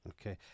Okay